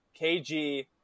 KG